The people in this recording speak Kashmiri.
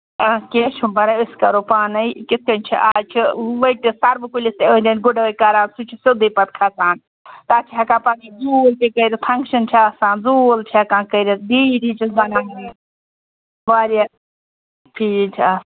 آ کیٚنٛہہ چھُنہٕ پَرواے أسۍ کرو پانَے کِتھٕ کٔنۍ چھِ از چھِ ؤٹِتھ سروٕ کُلِس تہِ أنٛدۍ أنٛدۍ گُڈٲے کران سُہ چھُ سیودُے پَتہٕ کھسان تَتھ ہیٚکَو پَتہٕ زوٗل تہِ کٔرِتھ فَنگشن چھِ آسان زوٗل چھُ ہیٚکان کٔرِتھ ڈیٖڈی ہِش چھِ بَنٲوِتھ واریاہ